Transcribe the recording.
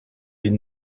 did